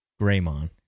Greymon